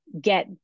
get